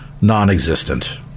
non-existent